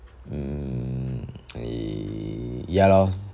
mm eh ya lor